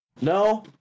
No